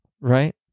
right